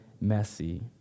messy